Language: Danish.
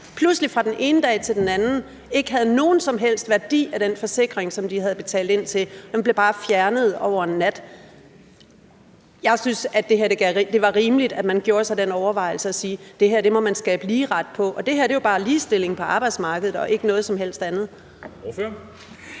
pludselig fra den ene dag til den anden ikke havde nogen som helst værdi af den forsikring, som de havde betalt ind til. Den blev bare fjernet over en nat. Jeg synes, at det var rimeligt, at man gjorde sig den overvejelse at sige, at det her må man skabe ligeret på, og det her er jo bare ligestilling på arbejdsmarkedet og ikke noget som helst andet.